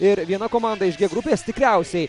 ir viena komanda iš g grupės tikriausiai